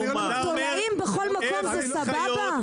תולעים בכל מקום זה סבבה?